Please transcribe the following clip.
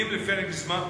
מגבילים לפרק זמן.